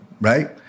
Right